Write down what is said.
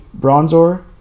Bronzor